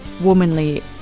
womanly